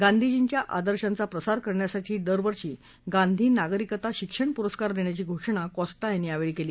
गांधींजींच्या आदर्शांचा प्रसार करण्यासाठी दरवर्षी गांधी नागरिकता शिक्षण पुरस्कार देण्याची घोषणा कॉस्टा यांनी यावेळी केली